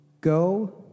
go